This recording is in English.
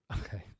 Okay